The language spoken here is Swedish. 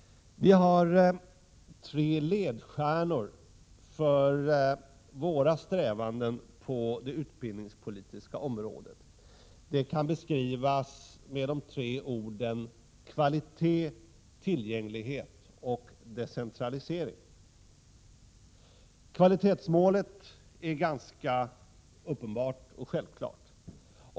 Vi har tre ledstjärnor för våra strävanden på det utbildningspolitiska området. Detta kan beskrivas med de tre orden kvalitet, tillgänglighet och decentralisering. Kvalitetsmålet är ganska uppenbart och självklart.